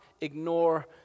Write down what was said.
ignore